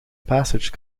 passage